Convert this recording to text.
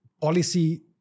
policy